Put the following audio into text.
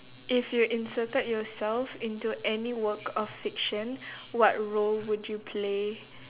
if you inserted yourself into any work of fiction what role would you play